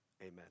Amen